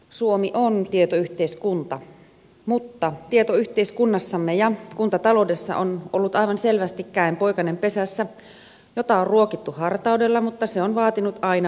suomi on tietoyhteiskunta mutta tietoyhteiskunnassamme ja kuntataloudessa on ollut aivan selvästi pesässä käenpoikanen jota on ruokittu hartaudella mutta se on vaatinut aina vain lisää